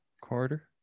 quarter